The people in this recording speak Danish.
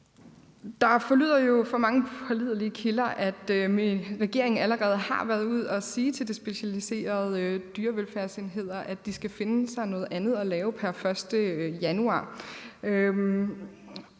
Det forlyder jo fra mange pålidelige kilder, at regeringen allerede har været ude at sige til de specialiserede dyrevelfærdsenheder, at de skal finde sig noget andet at lave pr. 1. januar.